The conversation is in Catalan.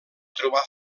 trobar